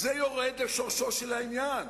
זה יורד לשורשו של העניין,